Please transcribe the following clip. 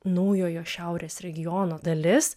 naujojo šiaurės regiono dalis